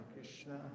Krishna